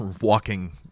walking